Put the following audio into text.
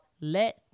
let